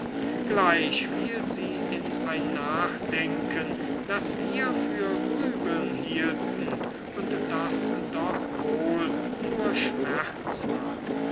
gleich fiel sie in ein nachdenken das wir für grübeln hielten und das doch wohl nur schmerz war